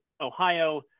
Ohio